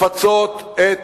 לפצות את